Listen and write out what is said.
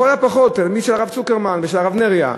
לכל הפחות, מי שהרב צוקרמן והרב נריה,